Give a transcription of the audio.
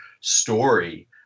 story